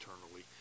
eternally